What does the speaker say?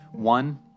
One